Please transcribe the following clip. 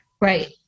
Right